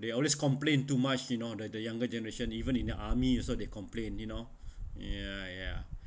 they always complain too much you know that the younger generation even in the army also they complain you know ya ya